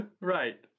Right